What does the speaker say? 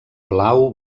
blau